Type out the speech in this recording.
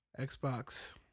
Xbox